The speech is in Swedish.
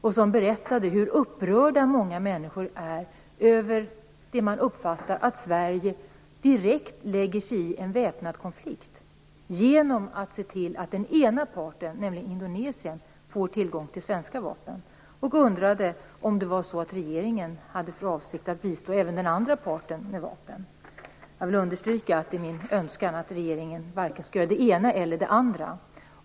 De berättade om hur upprörda många människor är över att - som man uppfattar det - Sverige direkt lägger sig i en väpnad konflikt genom att se till att den ena parten, nämligen Indonesien, får tillgång till svenska vapen. Man undrade om det var så att regeringen hade för avsikt att bistå även den andra parten med vapen. Jag vill understryka att det är min önskan att regeringen varken skall göra det ena eller det andra.